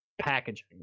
packaging